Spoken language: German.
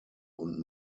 und